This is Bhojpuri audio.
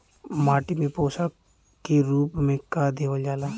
माटी में पोषण के रूप में का देवल जाला?